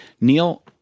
Neil